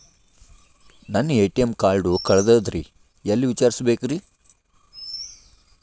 ನನ್ನ ATM card ಕಳದದ್ರಿ ಎಲ್ಲಿ ವಿಚಾರಿಸ್ಬೇಕ್ರಿ?